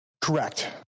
correct